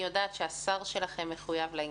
אני יודעת שהשר שלכם מאוד מחויב לזה,